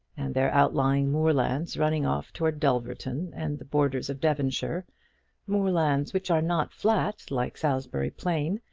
and their outlying moorlands running off towards dulverton and the borders of devonshire moorlands which are not flat, like salisbury plain,